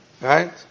Right